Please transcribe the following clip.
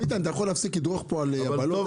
ביטן, אתה יכול להפסיק לדרוך פה על יבלות?